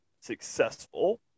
successful